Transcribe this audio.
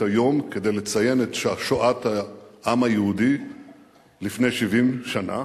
היום כדי לציין את שואת העם היהודי לפני 70 שנה.